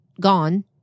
gone